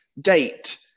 date